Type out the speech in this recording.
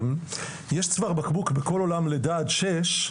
יש צוואר בקבוק בכל עולם הלידה עד שש,